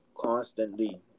Constantly